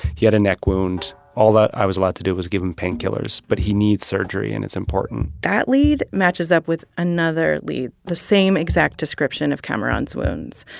he had a neck wound. all that i was allowed to do was give him painkillers, but he needs surgery. and it's important that lead matches up with another lead the same exact description of kamaran's wounds.